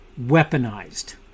weaponized